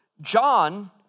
John